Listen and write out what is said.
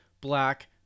black